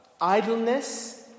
idleness